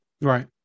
Right